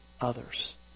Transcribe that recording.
others